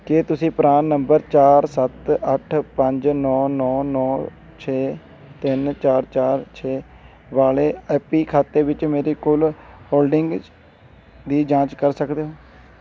ਕੀ ਤੁਸੀਂ PRAN number ਚਾਰ ਸੱਤ ਅੱਠ ਪੰਜ ਨੌ ਨੌ ਨੌ ਛੇ ਤਿੰਨ ਚਾਰ ਚਾਰ ਛੇ ਵਾਲੇ ਐਪੀ ਖਾਤੇ ਵਿੱਚ ਮੇਰੀ ਕੁੱਲ ਹੋਲਡਿੰਗਸ ਦੀ ਜਾਂਚ ਕਰ ਸਕਦੇ ਹੋ